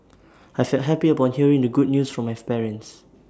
I felt happy upon hearing the good news from my parents